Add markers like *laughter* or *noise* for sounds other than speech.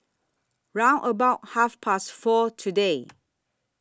round about Half Past four today *noise*